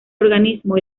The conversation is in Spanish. organismo